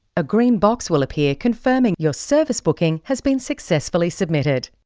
a green box will appear confirming your service booking has been successfully submitted.